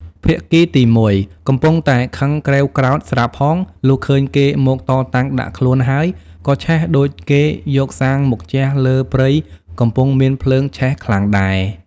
ភាគីទី១ កំពុងតែខឹងក្រេវក្រោធស្រាប់ផង លុះឃើញគេមកតតាំងដាក់ខ្លួនហើយ ក៏ឆេះដូចគេយកសាំងមកជះលើព្រៃកំពុងមានភ្លើងឆេះខ្លាំងដែរ ។